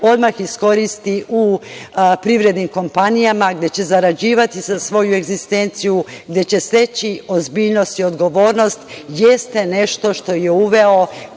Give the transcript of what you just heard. odmah iskoristi u privrednim kompanijama, gde će zarađivati za svoju egzistenciju, gde će steći ozbiljnost i odgovornost, jeste nešto što je uveo